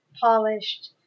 polished